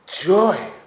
joy